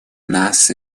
нас